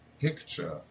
picture